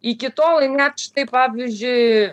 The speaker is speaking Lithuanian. iki tolai net štai pavyzdžiui